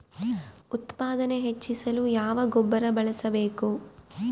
ಉತ್ಪಾದನೆ ಹೆಚ್ಚಿಸಲು ಯಾವ ಗೊಬ್ಬರ ಬಳಸಬೇಕು?